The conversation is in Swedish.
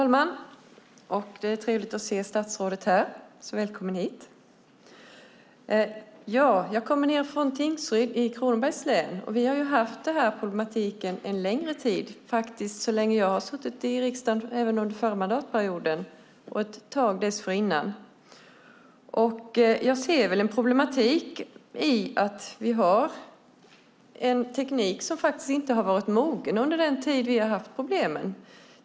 Herr talman! Det är trevligt att se statsrådet här. Välkommen hit! Jag kommer nedifrån Tingsryd i Kronobergs län, och vi har haft denna problematik en längre tid. Den har faktiskt funnits så länge jag har suttit i riksdagen, även under förra mandatperioden, och ett tag dessförinnan. Jag ser en problematik i att vi har en teknik som faktiskt inte har varit mogen under den tid vi har haft problemen.